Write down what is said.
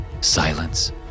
silence